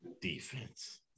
defense